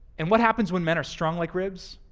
and what happens when men are strong like ribs?